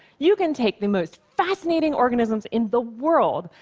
you can take the most fascinating organisms in the world,